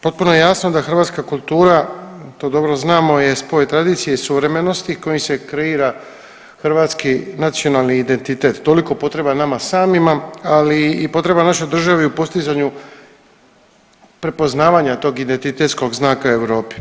Potpuno je jasno da hrvatska kultura, to dobro znamo, je spoj tradicije i suvremenosti kojim se kreira hrvatski nacionalni identitet, toliko potreban nama samima, ali i potreban našoj državi u postizanju prepoznavanja tog identitetskog znaka Europi.